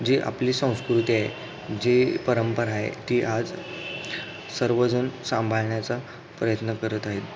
जी आपली संस्कृती आहे जी परंपरा आहे ती आज सर्वजण सांभाळण्याचा प्रयत्न करत आहेत